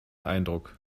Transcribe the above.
eindruck